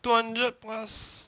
two hundred plus